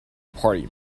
party